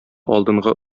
алдынгы